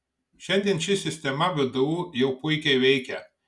šiandien ši sistema vdu jau puikiai veikia